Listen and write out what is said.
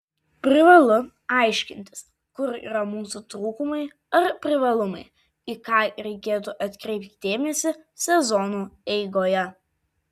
privalu aiškintis kur yra mūsų trūkumai ar privalumai į ką reiktų atkreipti dėmesį sezono eigoje